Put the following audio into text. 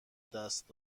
دست